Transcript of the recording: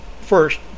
first